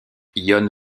yonne